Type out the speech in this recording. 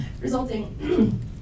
resulting